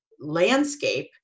landscape